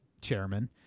chairman